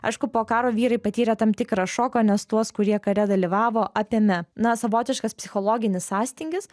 aišku po karo vyrai patyrė tam tikrą šoką nes tuos kurie kare dalyvavo apėmė na savotiškas psichologinis sąstingis